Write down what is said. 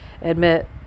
admit